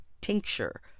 tincture